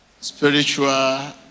spiritual